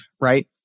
right